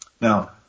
Now